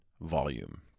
volume